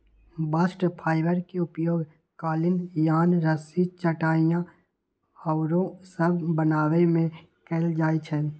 bast fibre के उपयोग कालीन, यार्न, रस्सी, चटाइया आउरो सभ बनाबे में कएल जाइ छइ